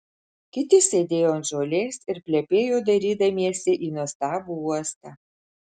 kiti sėdėjo ant žolės ir plepėjo dairydamiesi į nuostabų uostą